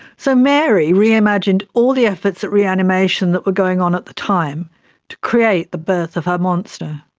so mary reimagined all the efforts at reanimation that were going on at the time to create the birth of her monster.